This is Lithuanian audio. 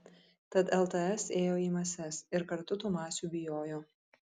tad lts ėjo į mases ir kartu tų masių bijojo